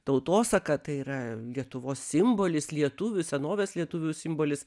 tautosaka tai yra lietuvos simbolis lietuvių senovės lietuvių simbolis